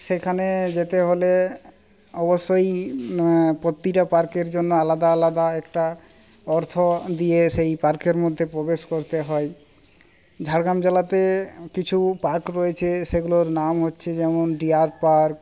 সেখানে যেতে হলে অবশ্যই প্রতিটা পার্কের জন্য আলাদা আলাদা একটা অর্থ দিয়ে সেই পার্কের মধ্যে প্রবেশ করতে হয় ঝাড়গ্রাম জেলাতে কিছু পার্ক রয়েছে সেগুলোর নাম হচ্ছে যেমন ডিয়ার পার্ক